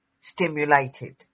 stimulated